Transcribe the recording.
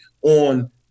on